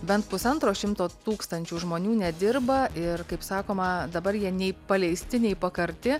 bent pusantro šimto tūkstančių žmonių nedirba ir kaip sakoma dabar jie nei paleisti nei pakarti